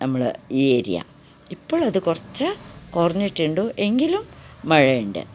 നമ്മൾ ഈ ഏരിയ ഇപ്പം ഉള്ളത് കുറച്ച് കുറഞ്ഞിട്ടുണ്ട് എങ്കിലും മഴയുണ്ട്